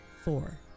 four